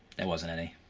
there wasn't any.